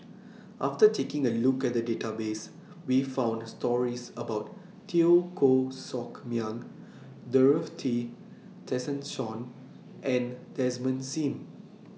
after taking A Look At The Database We found stories about Teo Koh Sock Miang Dorothy Tessensohn and Desmond SIM